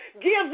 gives